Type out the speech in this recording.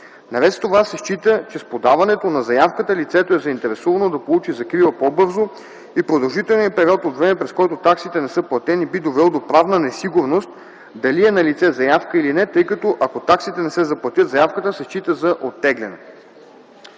Наред с това се счита, че с подаването на заявката лицето е заинтересувано да получи закрила по-бързо и продължителният период от време, през който таксите не са платени, би довел до правна несигурност дали е налице заявка или не, тъй като, ако таксите не се заплатят, заявката се счита за оттеглена.